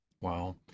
Wow